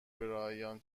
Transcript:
برایان